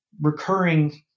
recurring